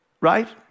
right